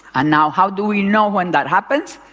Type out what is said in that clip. and now how do we know when that happens?